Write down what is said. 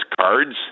cards